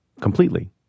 completely